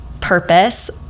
purpose